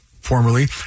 formerly